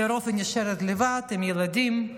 לרוב היא נשארת לבד עם הילדים,